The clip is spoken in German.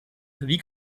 wie